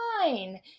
fine